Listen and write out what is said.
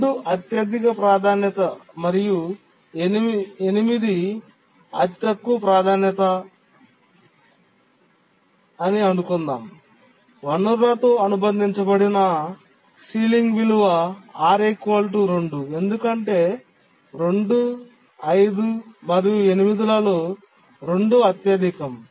2 అత్యధిక ప్రాధాన్యత మరియు 8 అతి తక్కువ ప్రాధాన్యత అని అనుకుందాం వనరుతో అనుబంధించబడిన సీలింగ్ విలువ R 2 ఎందుకంటే 2 5 మరియు 8 లలో 2 అత్యధికం